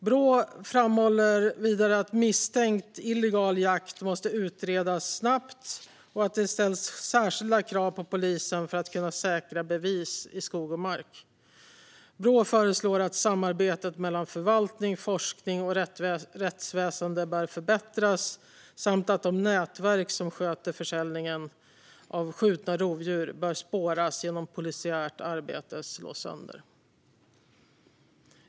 Brå framhåller vidare att misstänkt illegal jakt måste utredas snabbt och att det ställs särskilda krav på polisen för att kunna säkra bevis i skog och mark. Brå föreslår att samarbetet mellan förvaltning, forskning och rättsväsen bör förbättras samt att de nätverk som sköter försäljningen av skjutna rovdjur bör spåras och genom polisiärt arbete slås sönder.